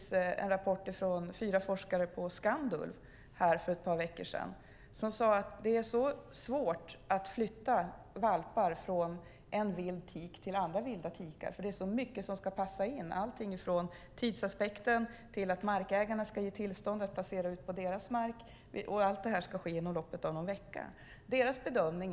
Det kom en rapport från fyra forskare på Skandulv för ett par veckor sedan. Den visade att det är svårt att flytta valpar från en vild tik till andra vilda tikar. Det är så mycket som ska passa in. Det handlar om allt från tidsaspekten till att markägarna ska ge tillstånd för att de placeras ut på deras mark. Och allt detta ska ske inom loppet av någon vecka.